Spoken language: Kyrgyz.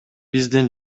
биздин